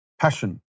passion